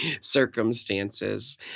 circumstances